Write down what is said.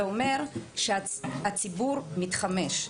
זה אומר שהציבור מתחמש.